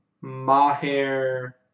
Maher